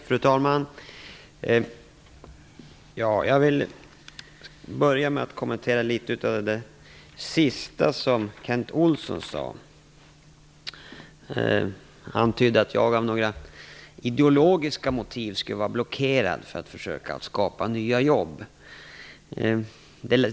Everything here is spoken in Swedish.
Fru talman! Jag vill börja med att kommentera det som Kent Olsson avslutade med. Han antydde att jag av ideologiska motiv skulle vara blockerad när det gällde att skapa nya jobb.